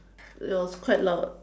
it was quite loud